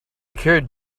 carried